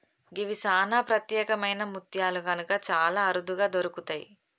గివి సానా ప్రత్యేకమైన ముత్యాలు కనుక చాలా అరుదుగా దొరుకుతయి